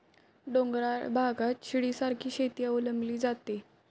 डोंगराळ भागात शिडीसारखी शेती अवलंबली जाते